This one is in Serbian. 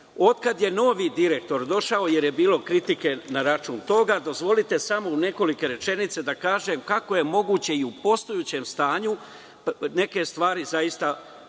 kada je novi direktor došao, jer je bilo kritike na račun toga, dozvolite samo u nekoliko rečenica da kažem kako je moguće i u postojećem stanju neke stvari poboljšati.